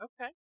Okay